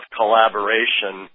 collaboration